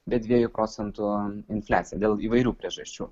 bet dviejų procentų infliacija dėl įvairių priežasčių